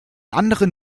anderen